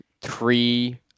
three